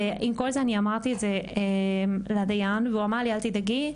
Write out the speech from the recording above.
את כל זה אמרתי לדיין והוא אמר לי אל תדאגי,